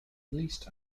least